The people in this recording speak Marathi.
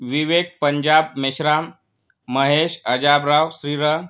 विवेक पंजाब मेश्राम महेश अजाबराव श्रीर